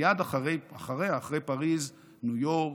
מייד אחריה, אחרי פריז, ניו יורק,